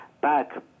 back